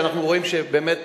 אנחנו רואים שבאמת,